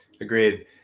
Agreed